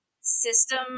system